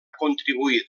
contribuir